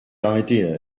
idea